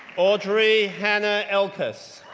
audrey hannah elkus,